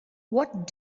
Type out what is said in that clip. what